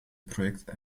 projekt